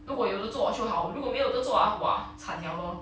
如果有得坐就好如果没有都坐 ah !wah! 惨了 lor